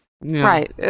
Right